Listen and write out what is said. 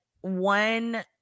one